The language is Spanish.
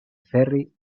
ferry